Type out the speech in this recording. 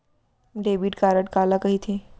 Debit card काला कहिथे?